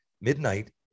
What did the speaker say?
midnight